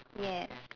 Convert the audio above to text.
yes